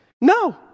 No